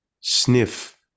sniff